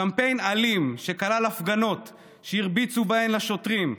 קמפיין אלים שכלל הפגנות שהרביצו בהן לשוטרים,